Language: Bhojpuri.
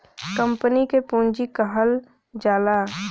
कंपनी क पुँजी कहल जाला